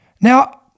now